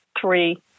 three